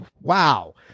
Wow